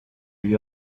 lui